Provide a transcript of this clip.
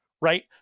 Right